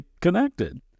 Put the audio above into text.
connected